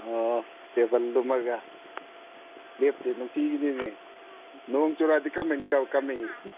ꯑꯥ ꯇꯦꯕꯜꯗꯨꯃꯥꯒ ꯂꯦꯞꯇꯦ ꯅꯨꯡꯇꯤꯒꯤꯅꯤꯅꯦ ꯅꯣꯡ ꯆꯨꯔꯛꯑꯗꯤ ꯀꯔꯝꯃꯥꯏ ꯀꯝꯃꯛꯏ